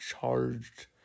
charged